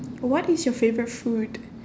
what is your favourite food